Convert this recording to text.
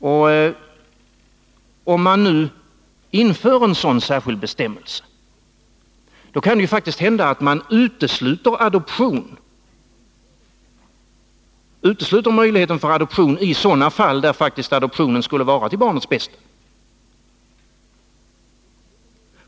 Och om man nu inför en sådan särskild bestämmelse, kan det ju hända att man utesluter möjligheten för adoption i fall där faktiskt adoptionen skulle vara till barnets bästa.